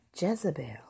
Jezebel